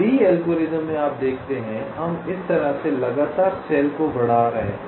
ली algorithm में आप देखते हैं हम इस तरह से लगातार कोशिकाओं की संख्या बढ़ा रहे हैं